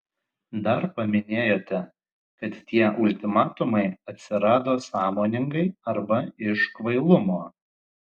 dar paminėjote kad tie ultimatumai atsirado sąmoningai arba iš kvailumo